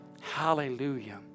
hallelujah